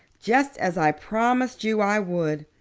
just as i promised you i would.